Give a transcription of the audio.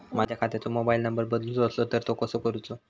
माझ्या खात्याचो mobile number बदलुचो असलो तर तो कसो करूचो?